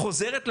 חוזרת לעיריות,